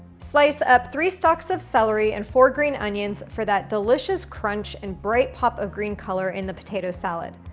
slice up three stalks of celery and four green onions for that delicious crunch and bright pop of green color in the potato salad.